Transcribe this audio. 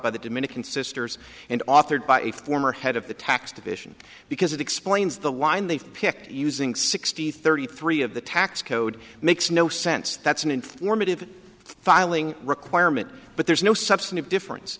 by the dominican sisters and authored by a former head of the tax division because it explains the wind they've picked using sixty thirty three of the tax code makes no sense that's an informative filing requirement but there's no substantive difference